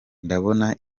ndabona